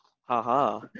Haha